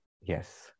Yes